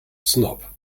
snob